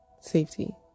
safety